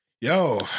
yo